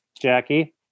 jackie